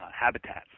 habitats